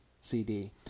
CD